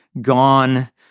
gone